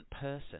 person